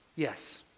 Yes